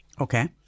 Okay